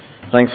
Thanks